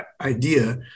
idea